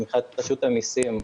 מבחינת רשות המיסים,